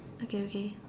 okay okay